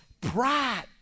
pride